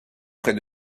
près